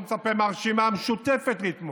אני לא מצפה מהרשימה המשותפת לתמוך,